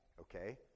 okay